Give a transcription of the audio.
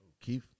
Keith